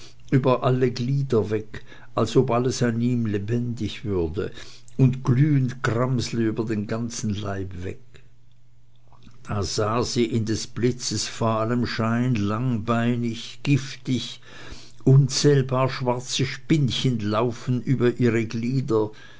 über alle glieder weg als ob alles an ihm lebendig würde und glühend gramsle über den ganzen leib weg da sah sie in des blitzes fahlem scheine langbeinig giftig unzählbar schwarze spinnchen laufen über ihre glieder